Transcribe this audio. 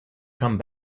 come